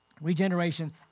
regeneration